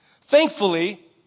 Thankfully